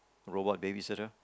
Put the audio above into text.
robot baby sister